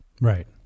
Right